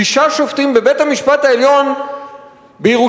שישה שופטים בבית-המשפט העליון בירושלים,